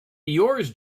yours